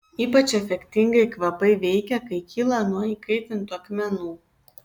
ypač efektingai kvapai veikia kai kyla nuo įkaitintų akmenų